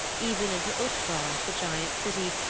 even into utgard, the giants' city,